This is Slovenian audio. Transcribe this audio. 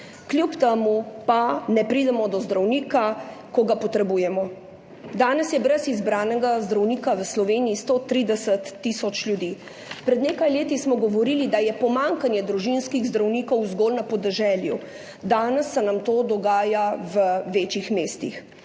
kljub temu pa ne pridemo do zdravnika, ko ga potrebujemo. Danes je brez izbranega zdravnika v Sloveniji 130 tisoč ljudi. Pred nekaj leti smo govorili, da je pomanjkanje družinskih zdravnikov zgolj na podeželju, danes se nam to dogaja v večjih mestih.